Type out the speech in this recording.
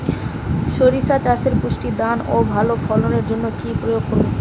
শরিষা চাষে পুষ্ট দানা ও ভালো ফলনের জন্য কি প্রয়োগ করব?